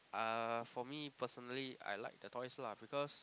uh for me personally I like the toys lah because